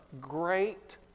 great